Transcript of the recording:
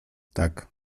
tak